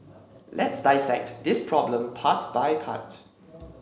let's dissect this problem part by part